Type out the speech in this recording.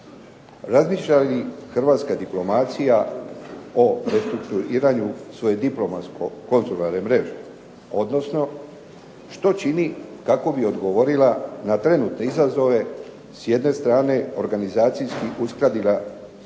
Razmišlja li hrvatska diplomacija o prestrukturiranju svoje diplomatsko-konzularne mreže, odnosno što čini kako bi odgovorila na trenutne izazove s jedne strane organizacijski uskladila svoja